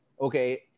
Okay